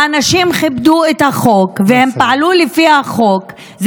האנשים כיבדו את החוק והם פעלו לפי החוק.